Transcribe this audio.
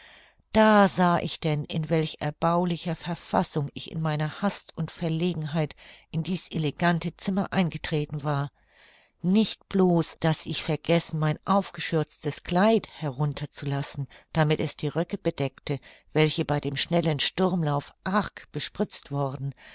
da sah ich denn in welch erbaulicher verfassung ich in meiner hast und verlegenheit in dies elegante zimmer eingetreten war nicht bloß daß ich vergessen mein aufgeschürztes kleid herunter zu lassen damit es die röcke bedeckte welche bei dem schnellen sturmlauf arg besprützt worden